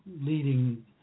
leading